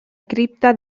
cripta